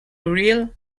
real